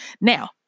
Now